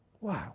Wow